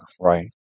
Right